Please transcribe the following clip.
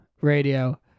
Radio